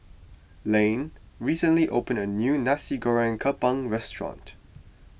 Lane recently opened a new Nasi Goreng Kampung restaurant